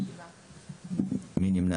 7. מי נמנע?